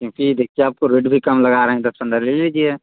क्योंकि देखिए आपको रेट भी कम लगा रहें दस पंद्रह ले लीजिए